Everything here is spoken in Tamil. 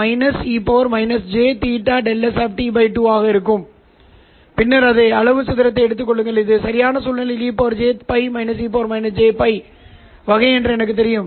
பின்னர் இறுதியாக நீங்கள் பெறுவது e jωIF tθs−π2 இன் உண்மையான பகுதியாகும் நான் ஏன் ஒரு π 2 ஐ வைக்க வேண்டும் என்பதை நினைவில் கொள்ளுங்கள் நீங்கள் கண்டுபிடிக்க வேண்டும் என்பதை நினைவில் கொள்ளுங்கள் ELOθ எனவே நான் உள்ளே வைக்க வேண்டும் ELOθ இந்த j ஐ as e j π2 என்று எழுதலாம்